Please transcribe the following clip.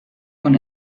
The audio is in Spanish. con